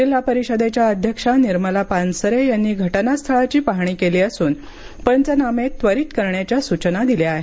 जिल्हा परिषदेच्या अध्यक्षा निर्मला पानसरे यांनी घटनास्थळाची पाहणी केली असून पंचनामे त्वरित करण्याच्या सूचना दिल्या आहेत